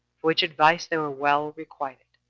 for which advice they were well requited.